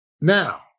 now